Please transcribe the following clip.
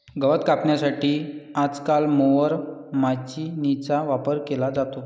गवत कापण्यासाठी आजकाल मोवर माचीनीचा वापर केला जातो